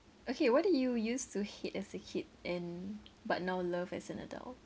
okay what do you used to hate as a kid and but now love as an adult